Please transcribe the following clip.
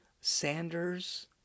Sanders